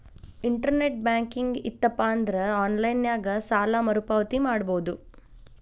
internet banking ಇತ್ತಪಂದ್ರಾ online ನ್ಯಾಗ ಸಾಲ ಮರುಪಾವತಿ ಮಾಡಬೋದು